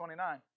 29